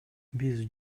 биз